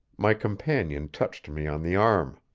my companion touched me on the arm.